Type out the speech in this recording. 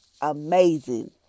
amazing